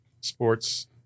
sports